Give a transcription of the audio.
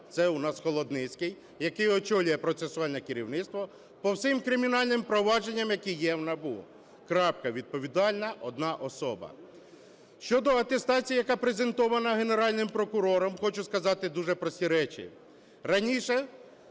це у нас Холодницький, який очолює процесуальне керівництво по всім кримінальним провадженням, які є в НАБУ. Крапка. Відповідальна одна особа. Щодо атестації, яка презентована Генеральним прокурором, хочу сказати дуже прості речі.